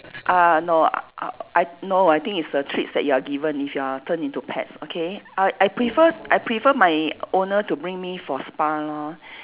ah no uh uh I no I think it's the treats that you are given if you are turn into pets okay I I prefer I prefer my owner to bring me for spa lor